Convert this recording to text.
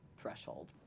threshold